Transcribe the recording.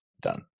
done